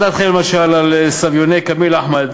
מה דעתכם, למשל, על סביוני כמיל אחמד?